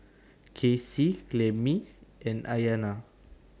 Kasie Clemie and Ayanna